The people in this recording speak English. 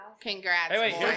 Congrats